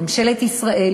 ממשלת ישראל,